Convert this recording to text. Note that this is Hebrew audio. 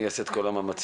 אני אעשה את כל המאמצים.